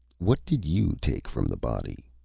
what did you take from the body?